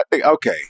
Okay